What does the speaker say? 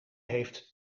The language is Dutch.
heeft